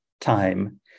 time